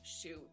shoot